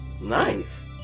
Nice